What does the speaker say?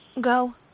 Go